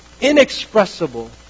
inexpressible